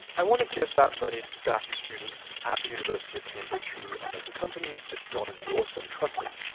i want to give that money to staff and students at the university of cambridge who are making companies. itaeurs going to be awesome. trust me.